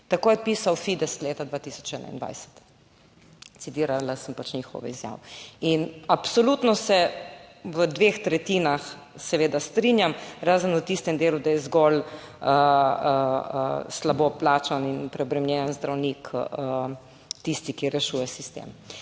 Tako je pisal Fides leta 2021, citirala sem pač njihovo izjavo. In absolutno se v dveh tretjinah seveda strinjam, razen v tistem delu, da je zgolj slabo plačan in preobremenjen zdravnik tisti, ki rešuje sistem.